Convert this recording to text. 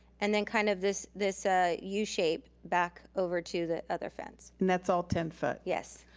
and then kind of this this ah u shape back over to the other fence. that's all ten foot? yes.